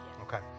Okay